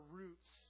roots